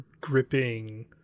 gripping